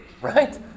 right